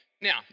Now